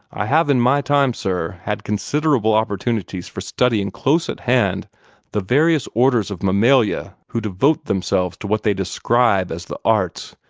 i have in my time, sir, had considerable opportunities for studying close at hand the various orders of mammalia who devote themselves to what they describe as the arts.